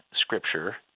Scripture